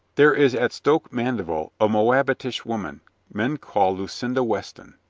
there is at stoke mandeville a moabitish woman men call lucinda weston.